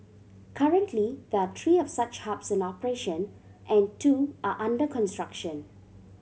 currently there are three of such hubs in operation and two are under construction